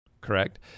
correct